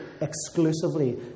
exclusively